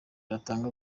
atanga